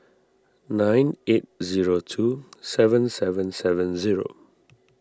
nine eight zero two seven seven seven zero